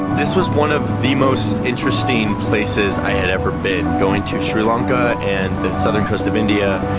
this was one of the most interesting places i had ever been, going to sri lanka and the southern coast of india.